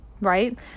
right